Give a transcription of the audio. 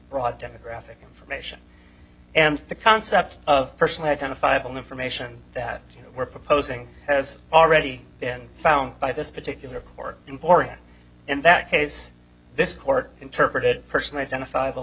broad demographic information and the concept of personally identifiable information that we're proposing has already been found by this particular court important in that case this court interpreted personally